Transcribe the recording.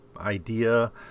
idea